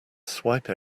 swipe